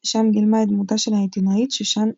שם גילמה את דמותה של העיתונאית שושן שטיגלר.